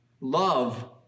Love